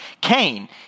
Cain